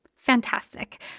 Fantastic